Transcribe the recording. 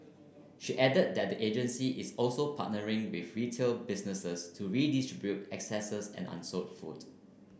she added that the agency is also partnering with retail businesses to redistribute excess and unsold food